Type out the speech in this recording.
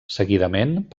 seguidament